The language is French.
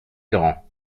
grands